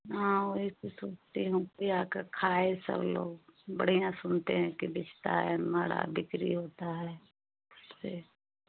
हाँ वैसे तो आकर खाए सब लोग बढ़िया सुनते हैं कि बिकता है मारा बिक्री होता है